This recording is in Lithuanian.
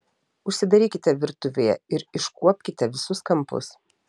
užsidarykite virtuvėje ir iškuopkite visus kampus